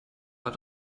hat